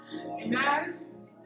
Amen